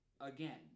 Again